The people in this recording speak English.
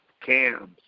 cams